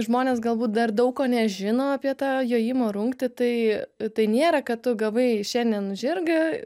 žmonės galbūt dar daug ko nežino apie tą jojimo rungtį tai tai nėra kad tu gavai šiandien žirgą